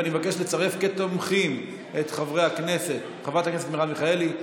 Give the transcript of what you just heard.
אני מבקש לצרף כתומכים את חברת הכנסת מרב מיכאלי,